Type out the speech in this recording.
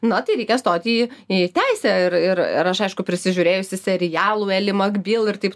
na tai reikia stoti į į teisę ir ir ir aš aišku prisižiūrėjusi serialų eli makbyl ir taip